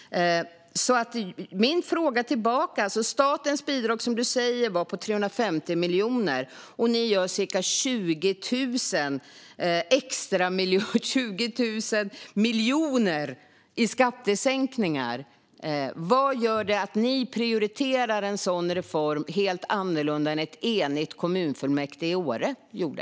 Statens bidrag var på 350 miljoner, och ni gör skattesänkningar på 20 000 miljoner. Varför prioriterar ni en sådan reform helt annorlunda än ett enigt kommunfullmäktige i Åre gjorde?